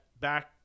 Back